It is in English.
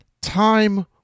Time